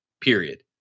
period